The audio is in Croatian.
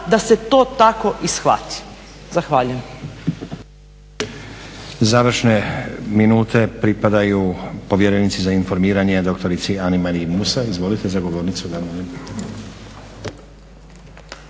da se to tako i shvati. Zahvaljujem.